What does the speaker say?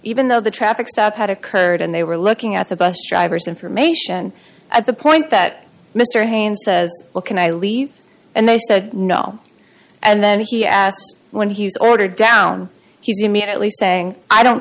even though the traffic stop had occurred and they were looking at the bus driver's information at the point that mr haynes says well can i leave and they said no and then he asked when he was ordered down he was immediately saying i don't